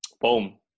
Boom